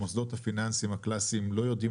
המוסדות הפיננסיים הקלאסיים לא יודעים